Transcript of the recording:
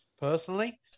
personally